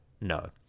No